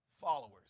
followers